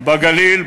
בגליל,